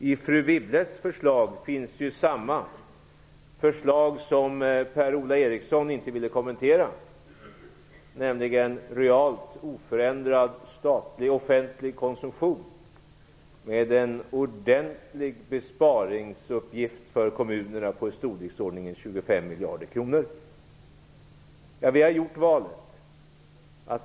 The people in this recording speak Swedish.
I fru Wibbles förslag finns det förslag som Per-Ola Eriksson inte ville kommentera - nämligen om realt oförändrad statlig, offentlig, konsumtion med en ordentlig besparingsuppgift för kommunerna om i storleksordningen 25 miljarder kronor. Vi har gjort valet.